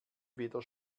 weder